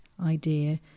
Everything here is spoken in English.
idea